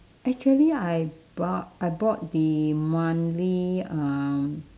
actually I bu~ I bought the monthly um